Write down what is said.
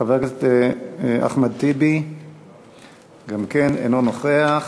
חבר הכנסת אחמד טיבי, גם כן אינו נוכח.